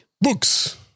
Books